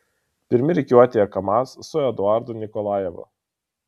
pirmi rikiuotėje kamaz su eduardu nikolajevu